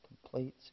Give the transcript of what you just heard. Complete